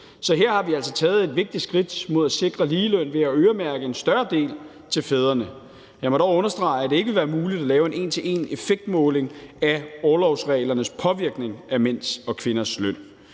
Så her har vi altså taget et vigtigt skridt mod at sikre ligeløn ved at øremærke en større del af orloven til fædrene. Jeg må dog understrege, at det ikke vil være muligt at lave en en til en-effektmåling af orlovsreglernes påvirkning af mænds og kvinders løn.